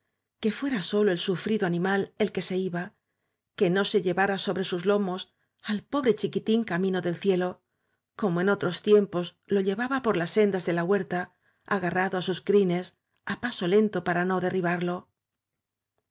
que fuera sólo el sufrido animal el que se iba que no se llevara sobre sus lomos al pobre chi quitín camino del cielo como en otros tiempos lo llevaba por las sendas de la huerta agarrado á sus crines á paso lento para no derribarlo